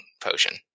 potion